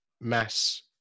Mass